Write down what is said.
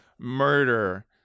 murder